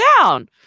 down